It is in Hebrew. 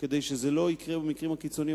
כדי שלא יקרה במקרים הקיצוניים,